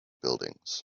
buildings